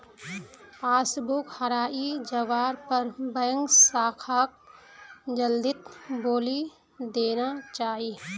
passbook हराई जवार पर बैंक शाखाक जल्दीत बोली देना चाई